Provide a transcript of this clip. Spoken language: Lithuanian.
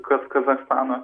kad kazachstano